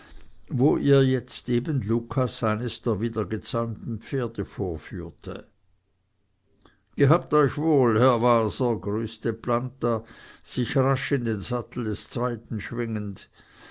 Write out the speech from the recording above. wo ihr jetzt eben lucas eines der wieder gezäumten pferde vorführte gehabt euch wohl herr waser grüßte planta sich rasch in den sattel des zweiten schwingend